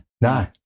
No